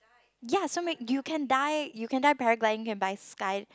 ya so many you can die you can die paragliding can buy sky